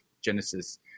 Genesis